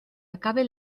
acabe